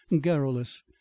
garrulous